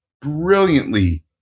brilliantly